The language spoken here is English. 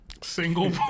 Single